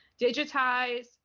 digitize